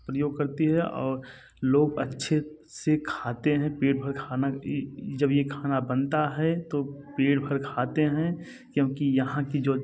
प्रयोग करती है और लोग अच्छे से खाते हैं पेट भर खाना ये जब ये खाना बनता है तो पेट भर खाते हैं क्योंकि यहाँ की जो